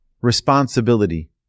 responsibility